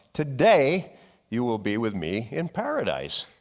today you will be with me in paradise.